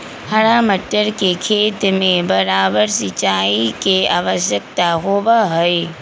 हरा मटर के खेत में बारबार सिंचाई के आवश्यकता होबा हई